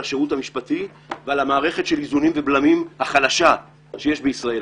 על השירות המשפטי ועל המערכת של האיזונים והבלמים החלשה שיש בישראל.